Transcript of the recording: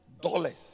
Dollars